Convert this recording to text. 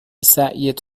سعیت